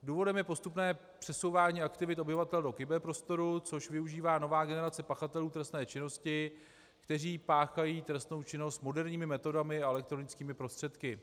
Důvodem je postupné přesouvání aktivit obyvatel do kyberprostoru, což využívá nová generace pachatelů trestné činnosti, kteří páchají trestnou činnost moderními metodami a elektronickými prostředky.